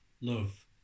Love